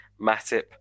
Matip